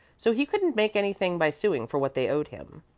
so he couldn't make anything by suing for what they owed him.